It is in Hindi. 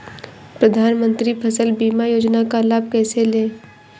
प्रधानमंत्री फसल बीमा योजना का लाभ कैसे लें?